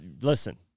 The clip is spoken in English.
listen